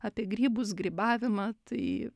apie grybus grybavimą tai